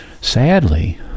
sadly